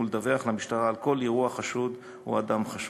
ולדווח למשטרה על כל אירוע חשוד או אדם חשוד.